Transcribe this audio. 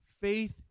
faith